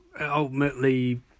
ultimately